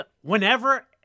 whenever